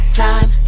time